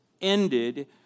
ended